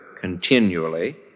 continually